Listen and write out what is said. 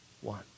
one